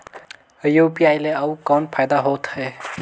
UPI ले अउ कौन फायदा होथ है?